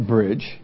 Bridge